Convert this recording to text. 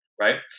Right